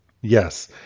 Yes